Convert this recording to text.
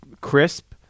crisp